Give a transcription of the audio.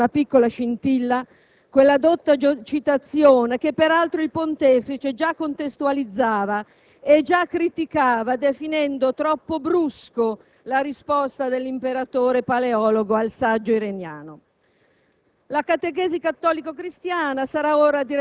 Sembra essersi placato il grande incendio nato da una piccola scintilla, quella dotta citazione che, peraltro, il Pontefice già contestualizzava e già criticava, definendo troppo brusca la risposta dell'imperatore Paleologo al saggio persiano.